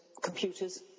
computers